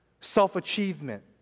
self-achievement